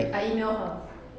I email her